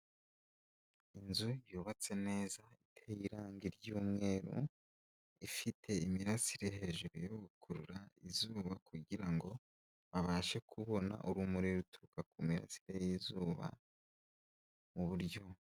Inzu yubatse neza iteye irangi ry'umweru ifite imirasire hejuru yo gukurura izuba kugirango abashe kubona urumuri ruturuka ku mirasire y'izuba mu buryo.